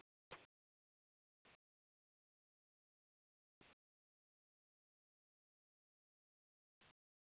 اَسہِ گژھِ زیادٕ مطلب درٛوٚگ تہِ گژھِ نہٕ گژھُن تہٕ مگر اَصٕل تہِ گژھِ آسُن مطلب لگ بگ پنٛداہ ساس تامَتھ